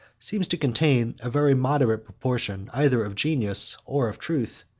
seems to contain a very moderate proportion, either of genius or of truth.